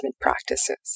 practices